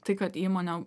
tai kad įmonė